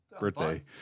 birthday